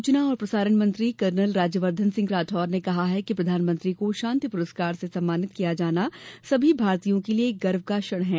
सूचना और प्रसारण मंत्री कर्नल राज्यवर्द्वन राठौड़ ने कहा है कि प्रधानमंत्री को शांति पुरस्कार से सम्मानित किया जाना सभी भारतीयों के लिए एक गर्व का क्षण है